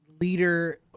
leader